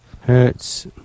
Hertz